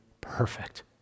perfect